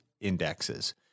indexes